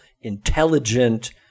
intelligent